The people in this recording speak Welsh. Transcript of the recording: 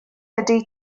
ydy